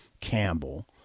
Campbell